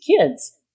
kids